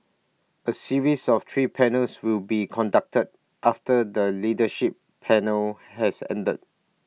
A series of three panels will be conducted after the leadership panel has ended